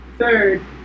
Third